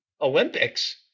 Olympics